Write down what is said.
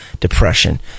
depression